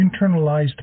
internalized